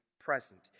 present